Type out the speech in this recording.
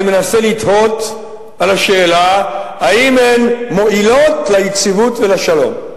אני מנסה לתהות על השאלה האם הן מועילות ליציבות ולשלום.